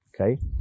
okay